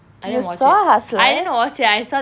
you saw hustlers